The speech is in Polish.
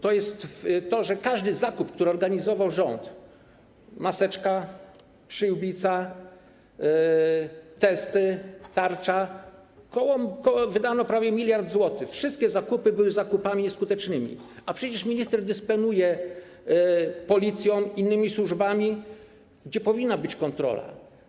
To jest to, że każdy zakup, który organizował rząd - maseczka, przyłbica, testy, tarcza, wydano prawie miliard złotych - te wszystkie zakupy były zakupami nieskutecznymi, a przecież minister dysponuje Policją, innymi służbami, i powinna być kontrola.